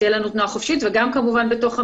שתהיה לנו תנועה חופשית, וגם כמובן בתוך המשרד.